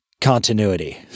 continuity